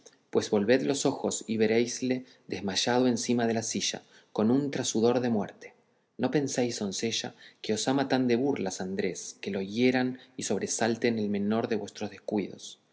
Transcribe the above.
pues volved los ojos y veréisle desmayado encima de la silla con un trasudor de muerte no penséis doncella que os ama tan de burlas andrés que no le hieran y sobresalten el menor de vuestros descuidos